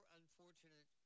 unfortunate